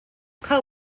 coe